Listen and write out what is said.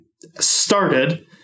started